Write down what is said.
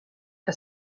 que